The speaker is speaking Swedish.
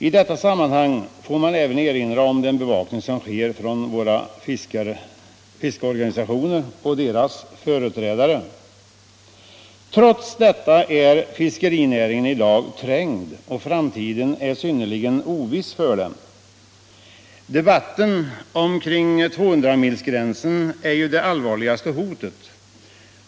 I detta sammanhang kan man också erinra om den bevakning som sker från våra fiskeorganisationer och deras företrädare. Trots detta befinner sig fiskerinäringen i dag i ett trängt läge, och framtiden är synnerligen oviss för den. Den utvidgning av fiskegränserna till 200 sjömil som debatteras är det allvarligaste hotet.